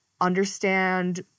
understand